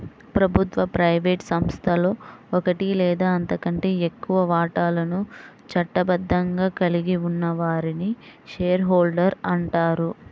ప్రభుత్వ, ప్రైవేట్ సంస్థలో ఒకటి లేదా అంతకంటే ఎక్కువ వాటాలను చట్టబద్ధంగా కలిగి ఉన్న వారిని షేర్ హోల్డర్ అంటారు